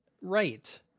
right